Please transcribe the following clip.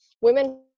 women